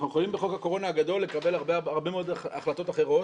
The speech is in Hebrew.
אנחנו יכולים בחוק הקורונה הגדול לקבל הרבה מאוד החלטות אחרות